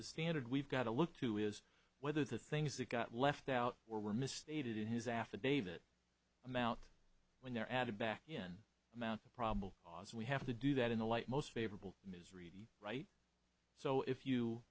the standard we've got to look to is whether the things that got left out were misstated in his affidavit amount when they're added back in amount probable cause we have to do that in the light most favorable married right so if you